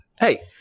Hey